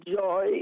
joy